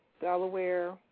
Delaware